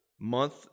month